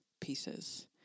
pieces